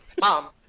mom